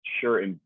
sure